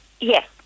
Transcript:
Yes